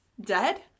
Dead